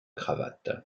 cravate